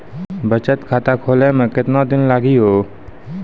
बचत खाता खोले मे केतना दिन लागि हो?